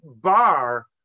bar